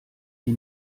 mir